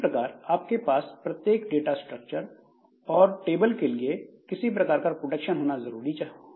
इसी प्रकार आपके पास प्रत्येक डाटा स्ट्रक्चर और टेबल के लिए किसी प्रकार का प्रोटेक्शन जरूर होना चाहिए